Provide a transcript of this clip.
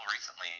recently